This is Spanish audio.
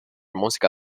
música